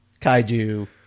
Kaiju